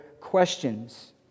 questions